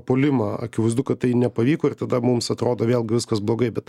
puolimą akivaizdu kad tai nepavyko ir tada mums atrodo vėlgi viskas blogai bet